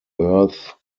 earth